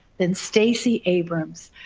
then stacey abrams,